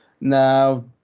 now